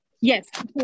yes